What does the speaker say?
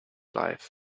life